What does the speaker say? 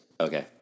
Okay